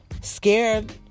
scared